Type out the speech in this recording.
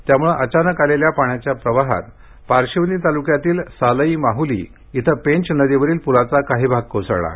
त्यामुळे अचानक आलेल्या पाण्याच्या प्रवाहात पारशिवनी तालुक्यातील सालई माहुली इथं पेंच नदीवरील पुलाचा काही भाग कोसळला आहे